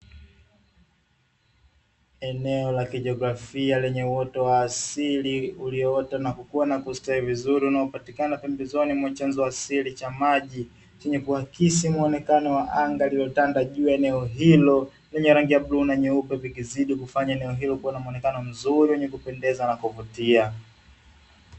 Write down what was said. Eneo la kijografia lenye uoto wa asili, ulioota na kukua na kustawi vizuri unaopatikanaji pembezoni mwa chanzo asili cha maji, chenye kuakisi muonekano wa anga lililotanda juu ya eneo hilo, lenye rangi ya bluu na nyeupe, likizidi kufanya eneo hilo kuwa na muonekano mzuri wenye kupendeza na kuvutia.